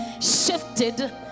shifted